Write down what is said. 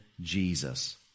Jesus